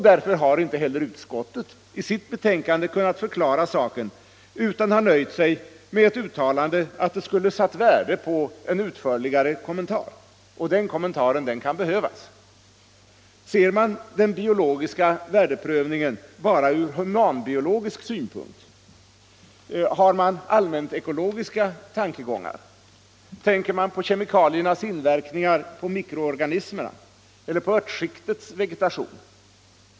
Därför har heller inte utskottet i sitt betänkande kunnat förklara saken, utan har nöjt sig med ett uttalande att det skulle ha satt värde på en utförligare kommentar. Den kommentaren kan behövas. Ser man på den biologiska värdeprövningen bara ur humanbiologisk sypunkt? Har man allmänt ekologiska tankegångar? Tänker man på kemikaliernas verkningar på mikroorganismerna eller på örtskiktets vegetation?